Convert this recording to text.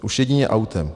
Už jedině autem.